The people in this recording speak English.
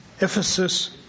Ephesus